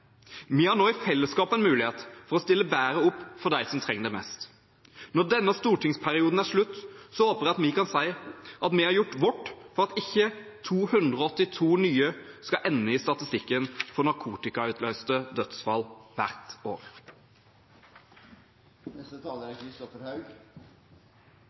Vi har nå i fellesskap en mulighet til å stille bedre opp for dem som trenger det mest. Når denne stortingsperioden er slutt, håper jeg vi kan si at vi har gjort vårt for at ikke 282 nye skal ende i statistikken over narkotikautløste dødsfall hvert år. Miljøpartiet De Grønne er